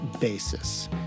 basis